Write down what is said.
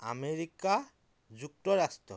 America যুক্তৰাষ্ট্ৰ